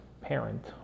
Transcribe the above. parent